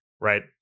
Right